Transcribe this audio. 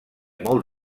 molt